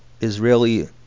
Israeli